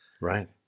Right